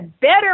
better